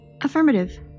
Affirmative